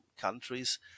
countries